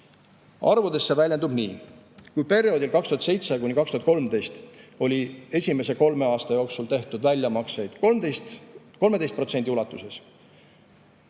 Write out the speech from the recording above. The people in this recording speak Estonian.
Arvudes see väljendub nii: kui perioodil 2007–2013 oli esimese kolme aasta jooksul tehtud väljamakseid 13% ulatuses